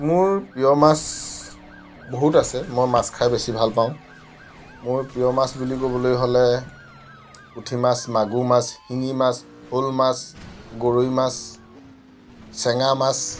মোৰ প্ৰিয় মাছ বহুত আছে মই মাছ খাই বেছি ভাল পাওঁ মোৰ প্ৰিয় মাছ বুলি ক'বলৈ হ'লে পুঠি মাছ মাগুৰ মাছ শিঙি মাছ শ'ল মাছ গৰৈ মাছ চেঙা মাছ